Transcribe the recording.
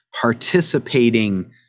participating